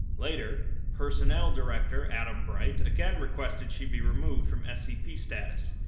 later, personnel director adam bright again requested she be removed from scp status,